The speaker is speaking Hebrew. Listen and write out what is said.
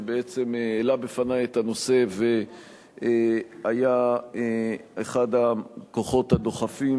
שבעצם העלה בפני את הנושא והיה אחד הכוחות הדוחפים